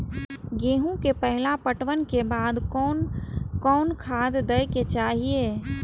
गेहूं के पहला पटवन के बाद कोन कौन खाद दे के चाहिए?